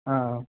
ആ